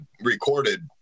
recorded